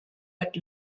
but